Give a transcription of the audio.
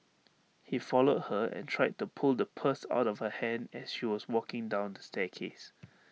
he followed her and tried to pull the purse out of her hand as she was walking down the staircase